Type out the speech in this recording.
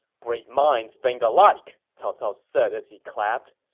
great minds think alike, cao cao said as he clapped.